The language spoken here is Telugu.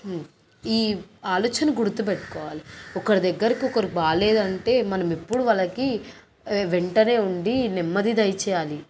ఈ ఆలోచన గుర్తు పెట్టుకోవాలి ఒకరి దగ్గరికొకరు బాగా లేదంటే మనం ఎప్పుడూ వాళ్ళకి వెంటనే ఉండి నెమ్మది దయచేయాలి